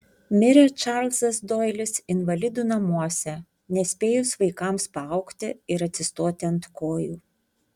mirė čarlzas doilis invalidų namuose nespėjus vaikams paaugti ir atsistoti ant kojų